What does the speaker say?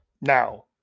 now